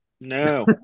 No